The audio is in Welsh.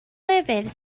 lefydd